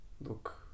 look